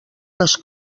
les